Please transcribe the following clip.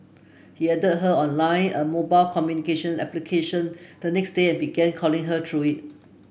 he added her on line a mobile communication application the next day and began calling her through it